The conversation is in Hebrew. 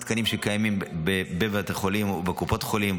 התקנים שקיימים בבתי חולים ובקופות חולים,